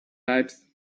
lives